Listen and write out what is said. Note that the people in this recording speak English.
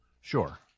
Sure